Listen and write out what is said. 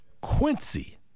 Quincy